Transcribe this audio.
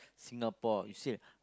Singapore you see